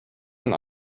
und